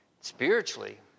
spiritually